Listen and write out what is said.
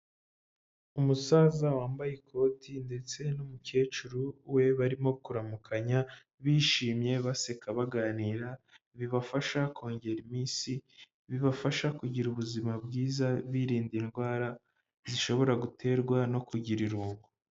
Umusaza wambaye ikoti ndetse n'umukecuru we barimo kuramukanya, bishimye baseka baganira, bibafasha kongera iminsi, bibafasha kugira ubuzima bwiza, birinda indwara zishobora guterwa no kugira irungu.